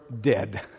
dead